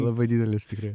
labai didelis tikrai